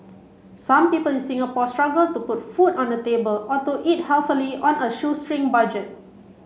some people in Singapore struggle to put food on the table or to eat healthily on a shoestring budget